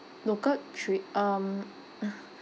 local trip um